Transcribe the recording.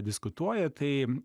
diskutuoja tai